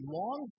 long